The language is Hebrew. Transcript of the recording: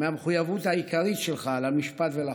מהמחויבות העיקרית שלך למשפט ולחוק.